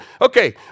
Okay